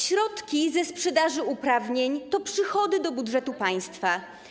Środki ze sprzedaży uprawnień to przychody budżetu państwa.